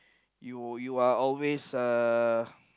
you you are always uh